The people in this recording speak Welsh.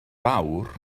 fawr